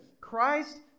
Christ